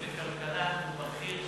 חבר הכנסת אראל מרגלית,